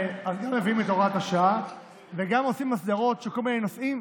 מישהו שלא מבין את העברית שאתה אומר,